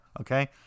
okay